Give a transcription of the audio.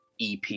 EP